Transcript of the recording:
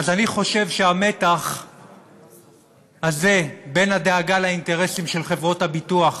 אני חושב שהמתח הזה בין הדאגה לאינטרסים של חברות הביטוח